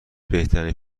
بهترین